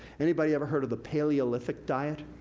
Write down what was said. anybody ever heard of the paleolithic diet?